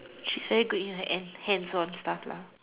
she's very good in her hand hands on stuff lah